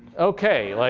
ok. like